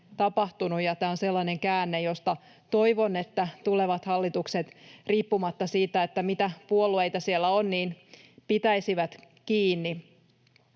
Tämä on sellainen käänne, josta toivon, että tulevat hallitukset riippumatta siitä, mitä puolueita siellä on, pitäisivät kiinni.